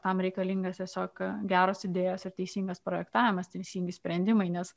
tam reikalingas tiesiog geros idėjos ir teisingas projektavimas teisingi sprendimai nes